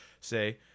say